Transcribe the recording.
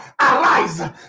arise